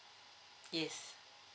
yes